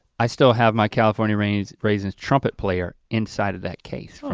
i still have my california raisins raisins trumpet player inside of that case,